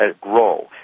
grow